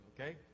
okay